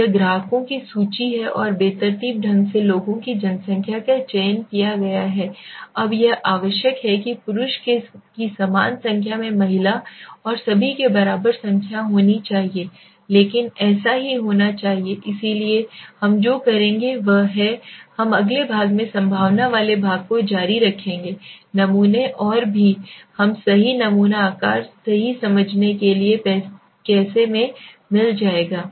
तो यह ग्राहकों की सूची है और बेतरतीब ढंग से लोगों की संख्या का चयन किया गया है अब यह आवश्यक है कि पुरुष की समान संख्या में महिला और सभी के बराबर संख्या होनी चाहिए लेकिन ऐसा ही होना चाहिए इसलिए हम जो करेंगे वह है हम अगले भाग में संभावना वाले भाग को जारी रखेंगे नमूने और भी हम सही नमूना आकार सही समझने के लिए कैसे में मिल जाएगा